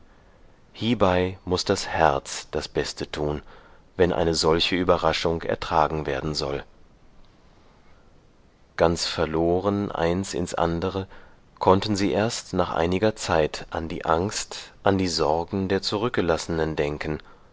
hiebei muß das herz das beste tun wenn eine solche überraschung ertragen werden soll ganz verloren eins ins andere konnten sie erst nach einiger zeit an die angst an die sorgen der zurückgelassenen denken